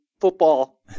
football